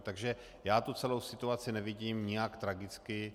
Takže já tu celou situaci nevidím nijak tragicky.